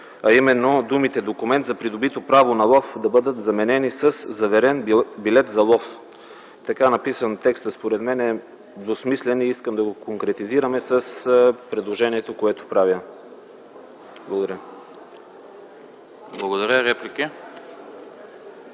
а именно думите „документ за придобито право на лов” да бъдат заменени със „заверен билет за лов”. Така написан, според мен, текстът е двусмислен и искам да го конкретизираме с предложението, което правя. Благодаря. ПРЕДСЕДАТЕЛ